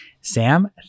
Sam